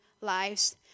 lives